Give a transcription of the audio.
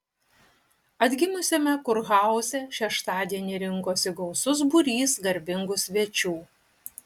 atgimusiame kurhauze šeštadienį rinkosi gausus būrys garbingų svečių